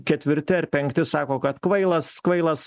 ketvirti ar penkti sako kad kvailas kvailas